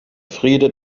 friede